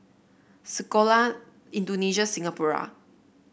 Sekolah Indonesia Singapura